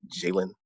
Jalen